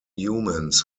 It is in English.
humans